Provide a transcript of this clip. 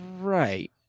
Right